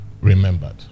remembered